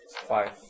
Five